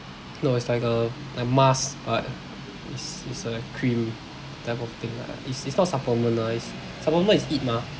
no it's like a like mask but it's it's a cream type of thing lah it's it's not supplement lah it's supplement is eat mah